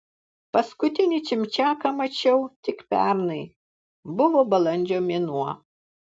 paskutinį čimčiaką mačiau tik pernai buvo balandžio mėnuo